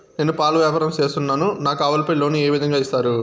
నేను పాల వ్యాపారం సేస్తున్నాను, నాకు ఆవులపై లోను ఏ విధంగా ఇస్తారు